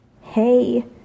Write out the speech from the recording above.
Hey